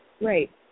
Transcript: Right